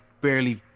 barely